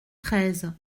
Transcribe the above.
treize